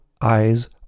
eyes